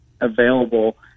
available